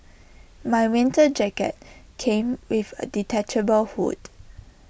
my winter jacket came with A detachable hood